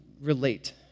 relate